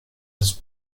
his